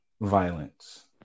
violence